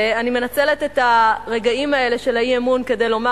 ואני מנצלת את הרגעים האלה של האי-אמון כדי לומר: